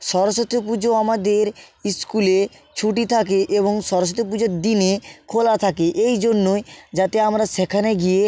সরস্বতী পুজো আমাদের স্কুলে ছুটি থাকে এবং সরস্বতী পুজোর দিনে খোলা থাকে এই জন্যই যাতে আমরা সেখানে গিয়ে